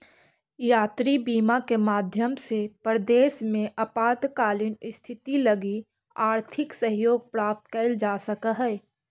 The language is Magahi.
यात्री बीमा के माध्यम से परदेस में आपातकालीन स्थिति लगी आर्थिक सहयोग प्राप्त कैइल जा सकऽ हई